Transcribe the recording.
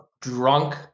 drunk